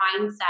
mindset